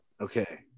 okay